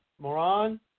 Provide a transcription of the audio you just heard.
Moran